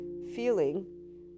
feeling